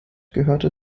gehörte